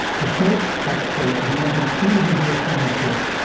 the first expert is not an individual scientist,